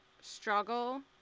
struggle-